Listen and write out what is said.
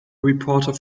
reporter